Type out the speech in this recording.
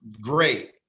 great